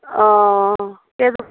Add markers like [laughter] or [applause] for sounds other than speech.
অ [unintelligible]